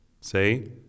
Say